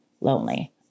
lonely